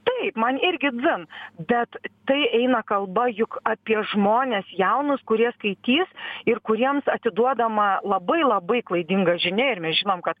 tai man irgi dzin bet tai eina kalba juk apie žmones jaunus kurie skaitys ir kuriems atiduodama labai labai klaidinga žinia ir mes žinom kad